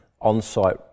on-site